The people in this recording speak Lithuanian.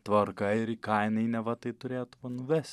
tvarka ir į ką jinai neva tai turėtų nuvesti